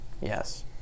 Yes